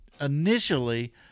initially